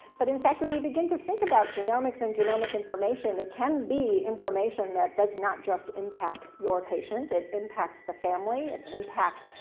but, in fact, when you begin to think about genomics and genomic information, it can be information that does not just impact your patient. it impacts the family. it impacts,